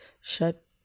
shut